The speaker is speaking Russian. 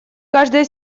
каждая